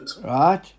right